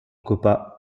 copa